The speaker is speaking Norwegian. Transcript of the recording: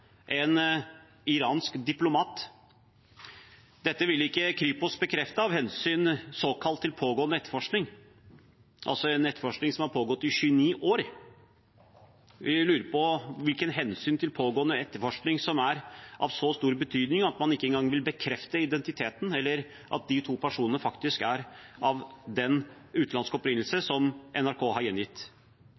en iransk diplomat. Dette vil ikke Kripos bekrefte, av hensyn til såkalt pågående etterforskning – en etterforskning som har pågått i 29 år. Vi lurer på hvilke hensyn til pågående etterforskning som er av så stor betydning at man ikke engang vil bekrefte identiteten eller at de to personene faktisk er av den utenlandske opprinnelse som NRK har gjengitt.